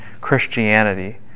Christianity